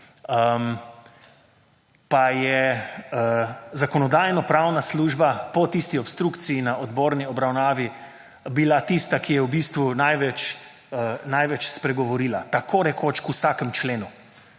pa je Zakonodajno-pravna služba po tisti obstrukciji na odborni obravnavi bila tista, ki je v bistvu največ spregovorila, takorekoč k vsakemu členu